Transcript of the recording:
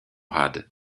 rade